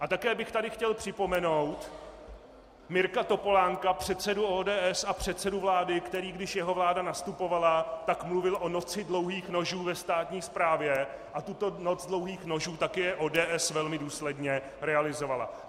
A také bych tady chtěl připomenout Mirka Topolánka, předsedu ODS a předsedu vlády, který, když jeho vláda nastupovala, mluvil o noci dlouhých nožů ve státní správě, a tuto noc dlouhých nožů také ODS velmi důsledně realizovala.